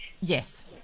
Yes